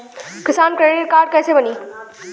किसान credit card कइसे बानी?